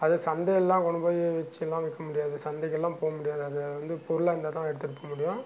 அதே சந்தையெல்லாம் கொண்டு போய் வச்செல்லாம் விற்க முடியாது சந்தைக்கெல்லாம் போக முடியாது அது வந்து பொருளாக இருந்தால் தான் எடுத்துட்டு போக முடியும்